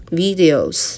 videos